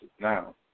Now